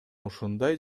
ушундай